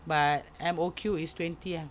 but I'm okay with twenty ah